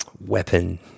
weapon